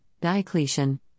Diocletian